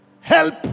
Help